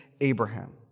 Abraham